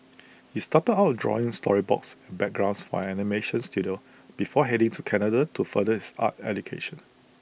he started out drawing storyboards and backgrounds for animation Studio before heading to Canada to further his art education